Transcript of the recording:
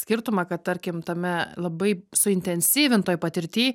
skirtumą kad tarkim tame labai suintensyvintoj patirty